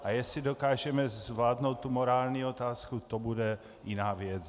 A jestli dokážeme zvládnout morální otázku, to bude jiná věc.